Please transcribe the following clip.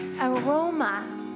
aroma